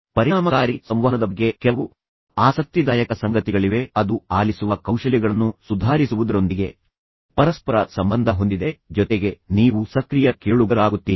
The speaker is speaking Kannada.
ಪರಿಣಾಮಕಾರಿ ಸಂವಹನದ ಬಗ್ಗೆ ಕೆಲವು ಆಸಕ್ತಿದಾಯಕ ಸಂಗತಿಗಳಿವೆ ಅದು ನಿಮ್ಮ ಆಲಿಸುವ ಕೌಶಲ್ಯಗಳನ್ನು ಸುಧಾರಿಸುವುದರೊಂದಿಗೆ ಪರಸ್ಪರ ಸಂಬಂಧ ಹೊಂದಿದೆ ಜೊತೆಗೆ ನೀವು ಸಕ್ರಿಯ ಕೇಳುಗರಾಗುತ್ತೀರಿ